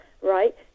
right